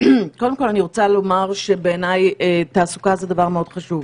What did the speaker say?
קודם כול אני רוצה לומר שבעיני תעסוקה זה דבר מאוד חשוב.